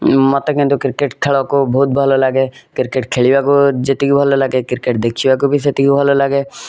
ମତେ କିନ୍ତୁ କ୍ରିକେଟ ଖେଳକୁ ବହୁତ ଭଲ ଲାଗେ କ୍ରିକେଟ ଖେଳିବାକୁ ଯେତିକି ଭଲ ଲାଗେ କ୍ରିକେଟ ଦେଖିବାକୁ ବି ସେତିକି ଭଲ ଲାଗେ